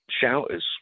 shouters